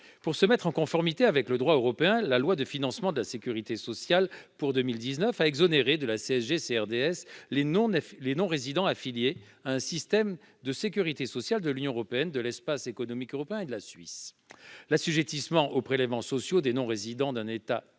notre droit en conformité avec le droit européen, la loi de financement de la sécurité sociale pour 2019 a exonéré de la CSG-CRDS les non-résidents affiliés à un système de sécurité sociale de l'Union européenne, de l'Espace économique européen et de la Suisse. En revanche, l'assujettissement aux prélèvements sociaux des non-résidents d'un État tiers